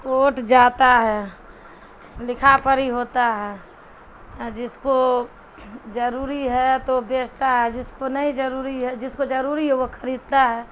کوٹ جاتا ہے لکھا پ ہی ہوتا ہے جس کو جضروری ہے تو بیچتا ہے جس کو نہیں جضروری ہے جس کو ضروری ہے وہ خریدتا ہے